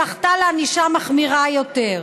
זכתה לענישה מחמירה יותר.